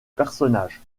personnage